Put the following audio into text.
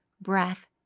breath